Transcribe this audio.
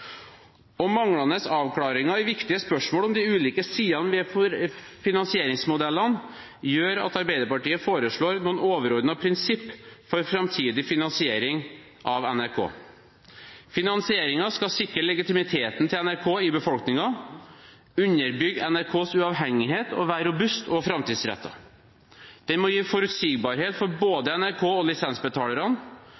og framtidsrettet. Manglende avklaringer i viktige spørsmål om de ulike sidene ved finansieringsmodellene gjør at Arbeiderpartiet foreslår noen overordnede prinsipper for framtidig finansiering av NRK. Finansieringen skal sikre legitimiteten til NRK i befolkningen, underbygge NRKs uavhengighet og være robust og framtidsrettet. Den må gi forutsigbarhet for